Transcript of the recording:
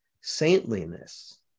saintliness